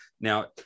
Now